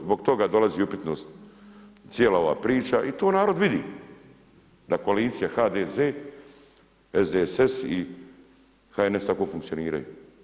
Zbog toga dolazi u upitnost cijela ova priča i to narod vidi da kolicija HDZ, SDSS i HNS tako funkcioniraju.